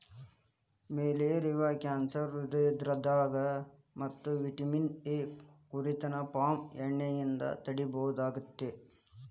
malaria cancer ಹ್ರೃದ್ರೋಗ ಮತ್ತ vitamin A ಕೊರತೆನ ಪಾಮ್ ಎಣ್ಣೆಯಿಂದ ತಡೇಬಹುದಾಗೇತಿ